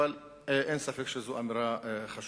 אבל אין ספק שזו אמירה חשובה.